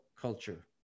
culture